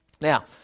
now